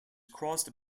crossed